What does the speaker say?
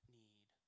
need